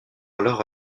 alors